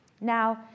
Now